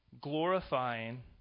glorifying